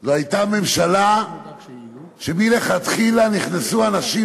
זו הייתה ממשלה שמלכתחילה נכנסו אליה אנשים